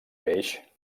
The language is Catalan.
peix